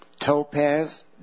topaz